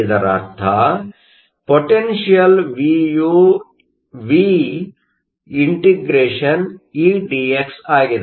ಇದರರ್ಥ potential V ಯು V∫Edx ಆಗಿದೆ